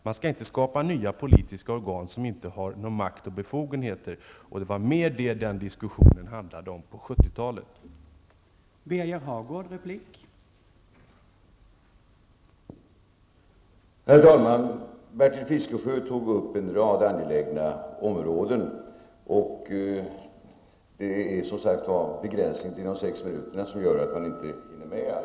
Man skall inte skapa nya politiska organ som inte har makt och befogenheter, vilket diskussionen på 70-talet mer handlade om.